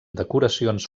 decoracions